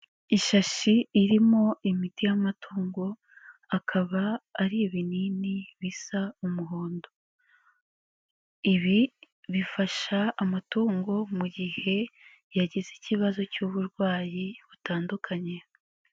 Ishashi irimo imiti y'amatungo akaba ari ibinini bisa umuhondo, ibi bifasha amatungo mu gihe yagize ikibazo cy'uburwayi butandukanye.